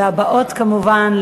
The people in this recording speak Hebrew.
והבאות כמובן,